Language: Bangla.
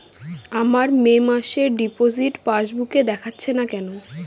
আমার মে মাসের ডিপোজিট পাসবুকে দেখাচ্ছে না কেন?